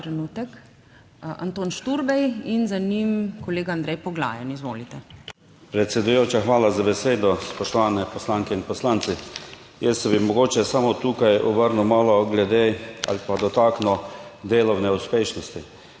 hvala za besedo. Spoštovane poslanke in poslanci. Jaz bi mogoče samo tukaj obrnil malo glede ali pa dotaknil delovne uspešnosti.